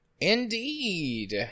Indeed